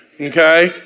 Okay